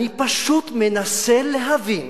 אני פשוט מנסה להבין.